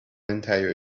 entire